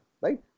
right